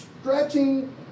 stretching